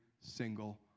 single